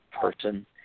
person